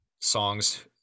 songs